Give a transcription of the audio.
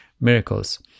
miracles